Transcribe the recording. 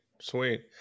sweet